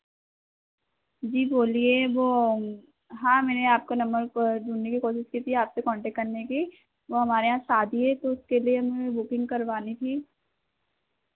जी बोलिए वो हाँ मैंने आपके नंबर को ढूँढने की कोशिश की थी आपसे कॉन्टेक्ट करने की वो हमारे यहाँ शादी है तो उसके लिए मुझे बुकिंग करवानी थी